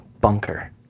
bunker